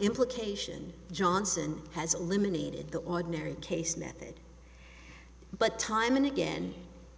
implication johnson has eliminated the ordinary case method but time and again